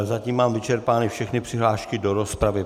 Zatím mám vyčerpány všechny přihlášky do rozpravy.